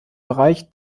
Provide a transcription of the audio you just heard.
bereich